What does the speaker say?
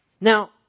Now